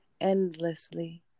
endlessly